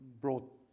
brought